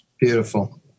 Beautiful